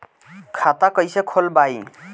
खाता कईसे खोलबाइ?